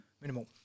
Minimal